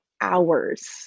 hours